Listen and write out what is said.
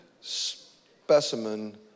specimen